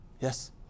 Yes